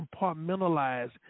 compartmentalize